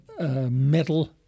Metal